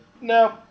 no